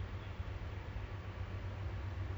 driving classes already